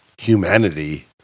humanity